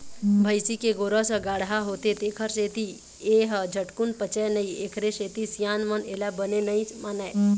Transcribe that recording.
भइसी के गोरस ह गाड़हा होथे तेखर सेती ए ह झटकून पचय नई एखरे सेती सियान मन एला बने नइ मानय